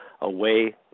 away